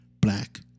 black